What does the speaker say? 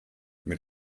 mit